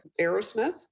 Aerosmith